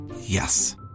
Yes